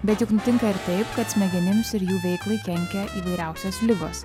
bet juk nutinka ir taip kad smegenims ir jų veiklai kenkia įvairiausios ligos